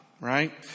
right